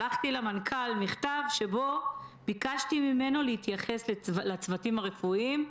שלחתי למנכ"ל מכתב שבו ביקשתי ממנו להתייחס לצוותים הרפואיים,